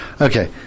Okay